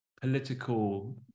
political